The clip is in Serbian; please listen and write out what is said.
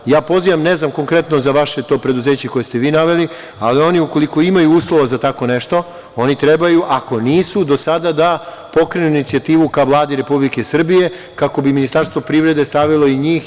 Pozivam, ne znam konkretno za to vaše preduzeće koje ste vi naveli, ali oni ukoliko imaju uslova za tako nešto, oni trebaju, ako nisu do sada, da pokrenu inicijativu ka Vladi Republike Srbije, kako bi Ministarstvo privrede stavilo i njih.